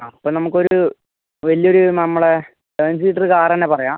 അപ്പം നമുക്ക് ഒരു വലിയ ഒരു നമ്മളെ സെവൻ സീറ്ററ് കാറെന്നെണ് പറയുക